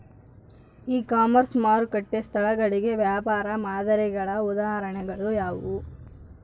E commerce ಮಾರುಕಟ್ಟೆ ಸ್ಥಳಗಳಿಗೆ ವ್ಯಾಪಾರ ಮಾದರಿಗಳ ಉದಾಹರಣೆಗಳು ಯಾವುವು?